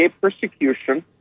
persecution